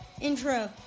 intro